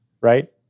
right